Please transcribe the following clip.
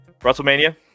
WrestleMania